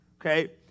Okay